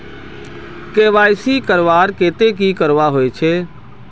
KYC करवार केते की करवा होचए?